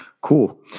Cool